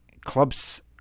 clubs